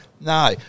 No